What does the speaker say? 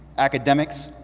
academics,